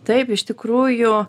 taip iš tikrųjų